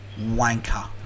wanker